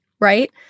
Right